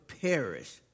perish